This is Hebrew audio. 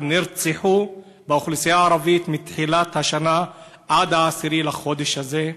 שנרצחו מתחילת השנה עד 10 בחודש הזה.